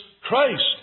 Christ